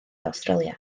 awstralia